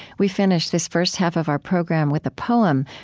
we finish this first half of our program with a poem,